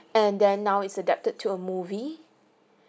and then now is adapted to a movie